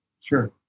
Sure